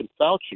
Fauci